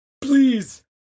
Please